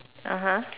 (uh huh)